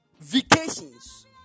Vacations